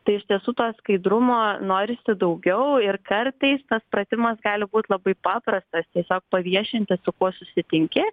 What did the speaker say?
tai iš tiesų to skaidrumo norisi daugiau ir kartais tas pratimas gali būt labai paprastas tiesiog paviešinti su kuo susitinki